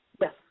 Yes